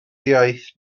iaith